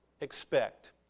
expect